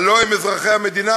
הלוא הם אזרחי המדינה,